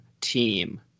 team